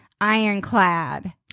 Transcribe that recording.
Ironclad